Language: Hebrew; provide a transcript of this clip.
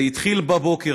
זה התחיל בבוקר,